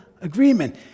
agreement